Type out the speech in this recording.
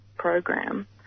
program